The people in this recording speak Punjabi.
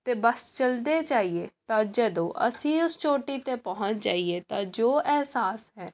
ਅਤੇ ਬਸ ਚੱਲਦੇ ਜਾਈਏ ਤਾਂ ਜਦੋਂ ਅਸੀਂ ਉਸ ਚੋਟੀ 'ਤੇ ਪਹੁੰਚ ਜਾਈਏ ਤਾਂ ਜੋ ਅਹਿਸਾਸ ਹੈ